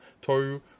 Toru